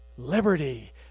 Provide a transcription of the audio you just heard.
Liberty